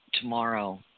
tomorrow